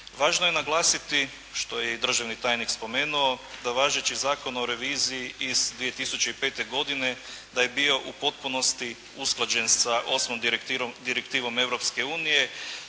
Važno je naglasiti, što je i državni tajnik spomenuo, da važeći Zakon o reviziji iz 2005. godine da je bio u potpunosti usklađen sa osmom direktivnom